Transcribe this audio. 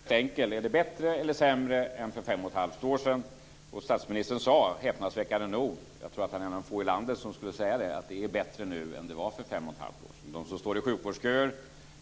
Fru talman! Min fråga var enkel: Är det bättre eller sämre än för fem och ett halvt år sedan? Statsministern sade, häpnadsväckande nog, att det är bättre nu än för fem och ett halvt år sedan. Jag tror att han är en av få i landet som skulle säga så. De som står i sjukvårdsköer,